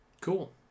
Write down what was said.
Cool